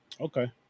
Okay